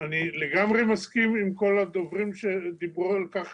אני לגמרי מסכים עם כל הדוברים, שדיברו על כך